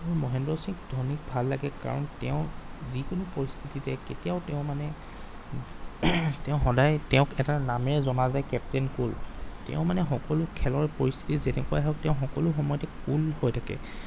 মহেন্দ্ৰ সিং ধোনীক ভাল লাগে কাৰণ তেওঁ যিকোনো পৰিস্থিতিতে কেতিয়াও তেওঁ মানে তেওঁ সদায় তেওঁক এটা নামেৰে জনা যায় কেপ্তেইন কুল তেওঁ মানে সকলো খেলৰ পৰিস্থিতি যেনেকুৱাই হওক তেওঁ সকলো সময়তে কুল হৈ থাকে